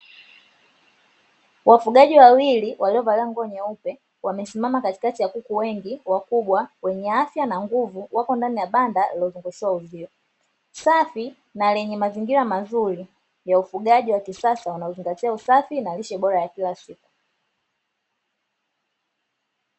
Wafugaji wawili waliovalia nguo nyeupe wamesimama katikati ya kuku wengi wakubwa wenye afya na nguvu. Wako ndani ya banda lililozungushiwa uzio, safi na lenye mazingira mazuri ya ufugaji wa kisasa wanaozingatia usafi na lishe bora ya kila siku.